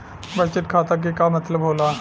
बचत खाता के का मतलब होला?